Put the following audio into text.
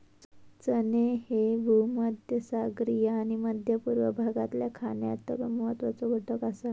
चणे ह्ये भूमध्यसागरीय आणि मध्य पूर्व भागातल्या खाण्यातलो महत्वाचो घटक आसा